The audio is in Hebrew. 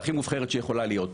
הכי מובחרת שיכולה להיות.